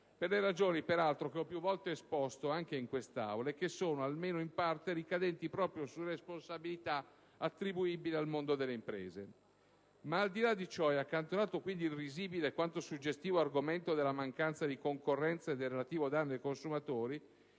per le ragioni che ho più volte esposto anche in quest'Aula e che sono (almeno in parte) ricadenti proprio su responsabilità attribuibili al mondo delle imprese. Ma al di là di ciò e accantonato quindi il risibile quanto suggestivo argomento della mancanza di concorrenza e del relativo danno ai consumatori,